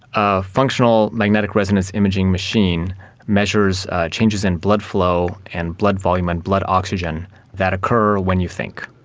a functional magnetic resonance imaging machine measures changes in blood flow and blood volume and blood oxygen that occur when you think.